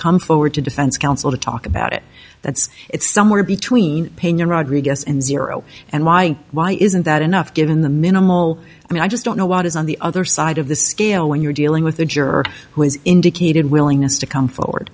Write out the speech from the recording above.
come forward to defense counsel to talk about it that's it's somewhere between pena rodriguez and zero and why why isn't that enough given the minimal i just don't know what is on the other side of the scale when you're dealing with a juror who has indicated willingness to come forward